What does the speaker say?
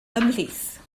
ymhlith